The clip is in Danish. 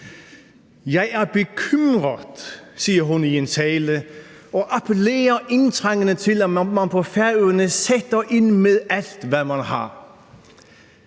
Jeg er bekymret, siger hun i en tale og appellerer indtrængende til, at man på Færøerne sætter ind med alt, hvad man har.